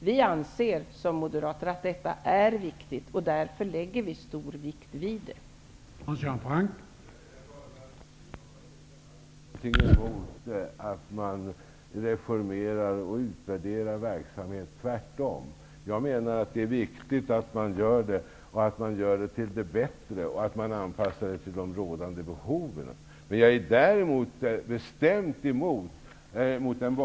Vi moderater anser att detta är viktigt, och därför lägger vi stor vikt vid dessa frågor.